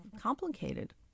complicated